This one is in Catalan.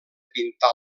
pintar